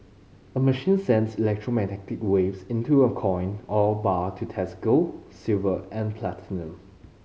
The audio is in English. a machine sends electromagnetic waves into a coin or bar to test gold silver and platinum